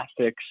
graphics